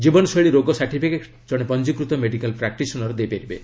ଜୀବନଶୈଳୀ ରୋଗ ସାର୍ଟିଫିକେଟ୍ ଜଣେ ପଞ୍ଜିକୃତ ମେଡିକାଲ୍ ପ୍ରାକ୍ଟିସନର୍ ଦେବେ